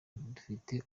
dufite